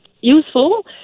useful